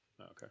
Okay